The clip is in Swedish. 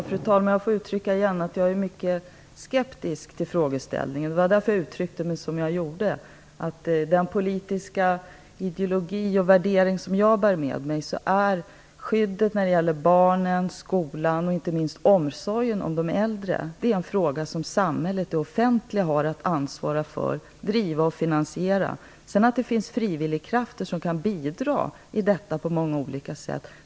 Fru talman! Jag är mycket skeptisk till frågeställningen. Därför uttryckte jag mig som jag gjorde. Den politiska ideologi och värdering som jag bär med mig innebär att skyddet när det gäller barnen, skolan och inte minst omsorgen om de äldre är en fråga som samhället, det offentliga, har att ansvara för, driva och finansiera. Det finns frivilliga krafter som kan bidra i detta arbete på många olika sätt.